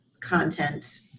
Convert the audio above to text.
content